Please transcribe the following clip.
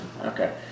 Okay